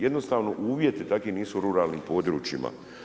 Jednostavno uvjeti takvi nisu u ruralnim područjima.